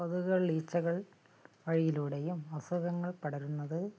കൊതുകുകൾ ഈച്ചകൾ വഴിയിലൂടെയും അസുഖങ്ങൾ പടരുന്നത്